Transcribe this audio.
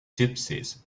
gypsies